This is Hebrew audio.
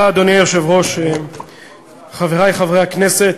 אדוני היושב-ראש, תודה, חברי חברי הכנסת,